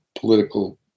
political